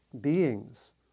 beings